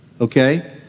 okay